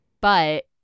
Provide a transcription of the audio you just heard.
But-